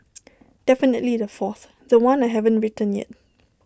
definitely the fourth The One I haven't written yet